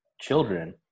children